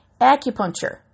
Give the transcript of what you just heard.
acupuncture